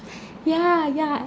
yeah yeah